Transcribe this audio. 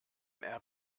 man